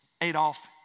Adolf